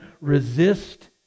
resist